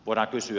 voidaan kysyä